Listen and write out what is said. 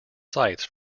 sites